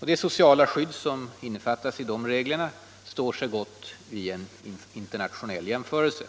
Det sociala skydd som innefattas i dessa regler står sig gott vid en internationell jämförelse.